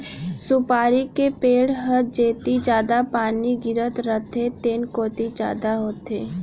सुपारी के पेड़ ह जेती जादा पानी गिरत रथे तेन कोती जादा होथे